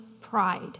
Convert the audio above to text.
pride